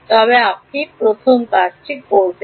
তবে আপনি প্রথম কাজটি করবেন